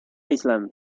island